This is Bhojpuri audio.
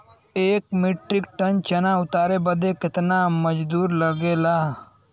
एक मीट्रिक टन चना उतारे बदे कितना मजदूरी लगे ला?